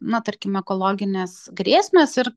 na tarkim ekologinės grėsmės ir